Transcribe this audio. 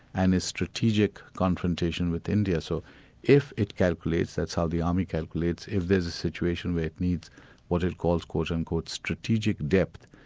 and a strategic confrontation with india. so if it calculates, that's how the army calculates if there's a situation where it needs what it calls calls um strategic depth,